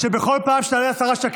אני מבקש מהשרה,